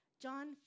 John